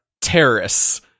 terrorists